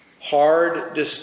hard